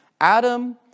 Adam